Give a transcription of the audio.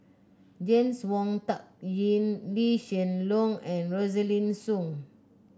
James Wong Tuck Yim Lee Hsien Loong and Rosaline Soon